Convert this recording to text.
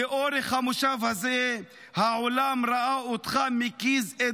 לאורך המושב הזה העולם ראה אותך מקיז את